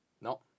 No